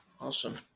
Awesome